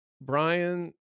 Brian